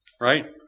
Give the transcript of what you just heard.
right